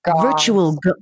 virtual